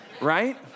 right